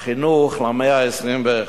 החינוך למאה ה-21,